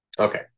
Okay